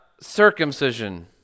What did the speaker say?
circumcision